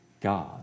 God